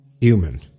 human